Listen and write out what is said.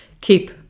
Keep